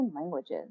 languages